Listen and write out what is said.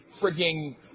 frigging